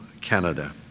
Canada